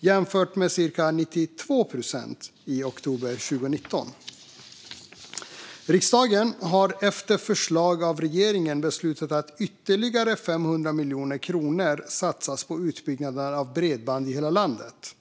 jämfört med cirka 92 procent i oktober 2019. Riksdagen har efter förslag av regeringen beslutat att ytterligare 500 miljoner kronor satsas på utbyggnaden av bredband i hela landet.